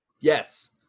Yes